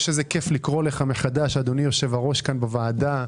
איזה כיף לקרוא לך מחדש "אדוני יושב-הראש" כאן בוועדה.